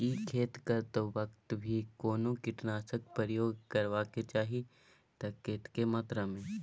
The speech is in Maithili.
की खेत करैतो वक्त भी कोनो कीटनासक प्रयोग करबाक चाही त कतेक मात्रा में?